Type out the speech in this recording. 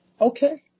Okay